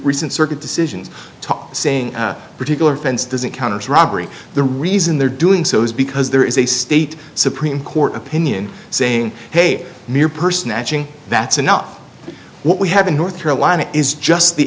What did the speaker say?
recent circuit decisions to saying particular fence doesn't count as robbery the reason they're doing so is because there is a state supreme court opinion saying hey mere person that's enough what we have in north carolina is just the